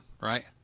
right